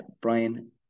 Brian